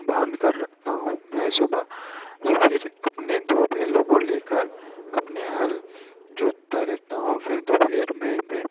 बांध कर रखता हूँ मैं सुबह फिर अपने दो बैलों को लेकर अपने हल जोतता रहता हूँ और फिर दोपहर में मैं